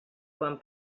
quan